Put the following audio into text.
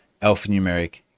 alphanumeric